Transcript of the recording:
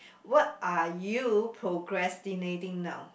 what are you procrastinating now